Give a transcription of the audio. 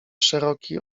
szeroki